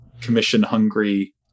commission-hungry